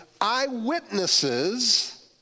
eyewitnesses